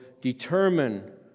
determine